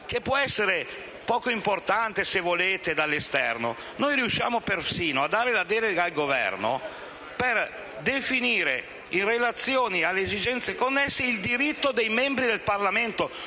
che può essere poco importante, se volete, dall'esterno. Noi riusciamo persino a dare la delega al Governo per definire, in relazione alle esigenze connesse, il diritto dei membri del Parlamento: